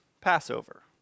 Passover